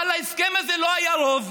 אבל להסכם הזה לא היה רוב.